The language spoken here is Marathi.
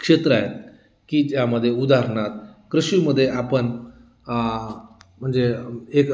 क्षेत्र आहे की ज्यामध्ये उदाहरणार्थ कृषीमध्ये आपण म्हणजे एक